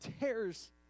tears